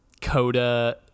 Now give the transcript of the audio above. CODA